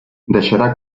deixarà